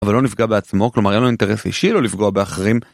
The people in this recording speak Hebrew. אבל לא נפגע בעצמו, כלומר היה לו אינטרס אישי לא לפגוע באחרים.